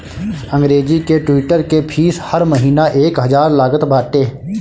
अंग्रेजी के ट्विटर के फ़ीस हर महिना एक हजार लागत बाटे